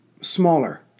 smaller